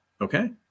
okay